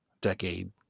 decade